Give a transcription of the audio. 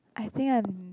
I think I'm